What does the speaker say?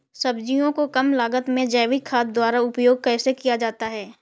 सब्जियों को कम लागत में जैविक खाद द्वारा उपयोग कैसे किया जाता है?